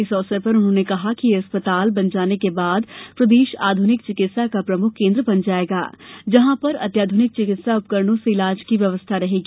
इस अवसर पर उन्होंने कहा कि यह अस्पताल बन जाने के बाद प्रदेश आधुनिक चिकित्सा का प्रमुख केन्द्र बन जायेगा जहां पर अत्याधुनिक चिकित्सा उपकरणों से इलाज की व्यवस्था रहेगी